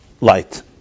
light